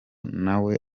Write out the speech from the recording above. nawe